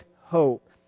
hope